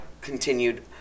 continued